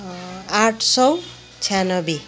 आठ सौ छ्यानब्बे